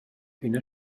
üna